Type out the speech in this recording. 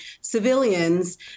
civilians